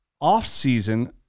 off-season